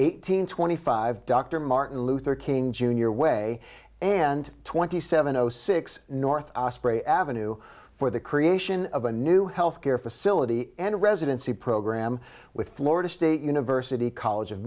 hundred twenty five dr martin luther king jr way and twenty seven zero six north avenue for the creation of a new health care facility and residency program with florida state university college of